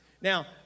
Now